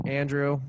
andrew